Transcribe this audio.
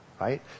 right